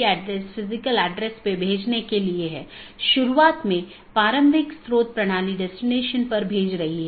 BGP AS के भीतर कार्यरत IGP को प्रतिस्थापित नहीं करता है